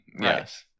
Yes